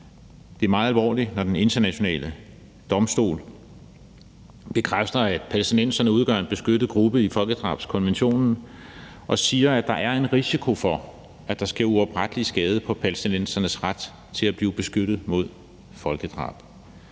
det meget alvorligt, når Den Internationale Domstol bekræfter, at palæstinenserne udgør en beskyttet gruppe i folkedrabskonventionen, og siger, at der er en risiko for, at der sker uoprettelig skade på palæstinensernes ret til at blive beskyttet mod folkedrab.